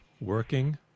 working